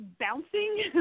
bouncing